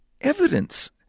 evidence